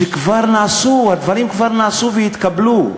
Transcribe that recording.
שכבר נעשו, הדברים כבר נעשו והתקבלו?